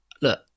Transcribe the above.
Look